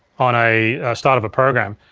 on a start of a program.